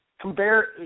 compare